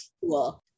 cool